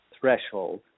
threshold